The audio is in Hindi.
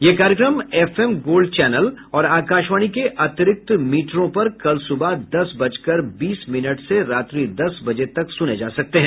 ये कार्यक्रम एफएम गोल्ड चैनल और आकाशवाणी के अतिरिक्त मीटरों पर कल सुबह दस बजकर बीस मिनट से रात्रि दस बजे तक सुने जा सकते हैं